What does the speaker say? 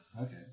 Okay